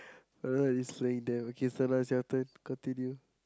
I was just laying there okay so now is your turn continue